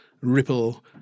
Ripple